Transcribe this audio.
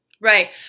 Right